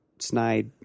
snide